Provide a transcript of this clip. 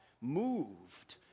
moved